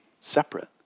separate